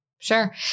Sure